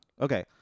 Okay